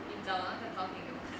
你找那个照片给我看